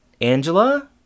Angela